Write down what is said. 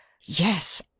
Yes